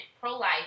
pro-life